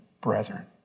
brethren